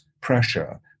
pressure